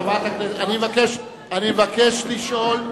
חברת הכנסת, אני רוצה לשאול.